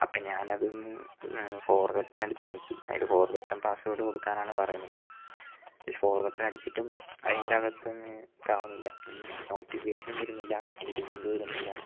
അപ്പം ഞാൻ അതും ഫോർഗെട്ടൻ അടിച്ചു നോക്കി അതിൽ ഫോർഗട്ടൻ പാസ്വേഡ് കൊടുക്കാനാണ് പറയുന്നത് ഫോർഗട്ടൻ അടിച്ചിട്ടും അതിൻ്റെ അകത്തു നിന്ന് ഇതാകുന്നില്ല ഇനി നോട്ടിഫിക്കേഷൻ വരുന്നില്ല അതിൻ്റെ ലിങ്ക് വരുന്നില്ല